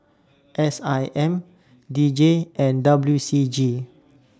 S I M D J and W C G